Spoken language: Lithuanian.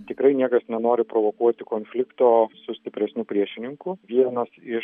tikrai niekas nenori provokuoti konflikto su stipresniu priešininku vienas iš